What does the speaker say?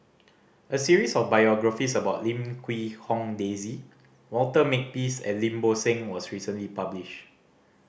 a series of biographies about Lim Quee Hong Daisy Walter Makepeace and Lim Bo Seng was recently publish